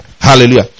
Hallelujah